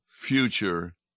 future